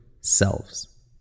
selves